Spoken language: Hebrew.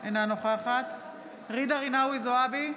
אינה נוכחת ג'ידא רינאוי זועבי,